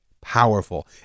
powerful